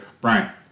Brian